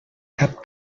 cap